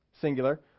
singular